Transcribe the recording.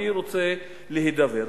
אני רוצה להידבר.